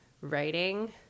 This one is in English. writing